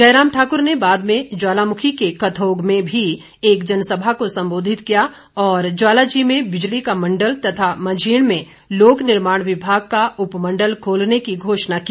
जयराम ठाकुर ने बाद में ज्वालामुखी के कथोग में भी एक जनसभा को संबोधित किया और ज्वालाजी में बिजली का मंडल तथा मझीण में लोक निर्माण विभाग का उपमंडल खोलने की घोषणा की